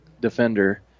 defender